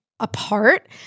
apart